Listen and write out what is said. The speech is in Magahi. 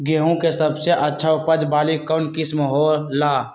गेंहू के सबसे अच्छा उपज वाली कौन किस्म हो ला?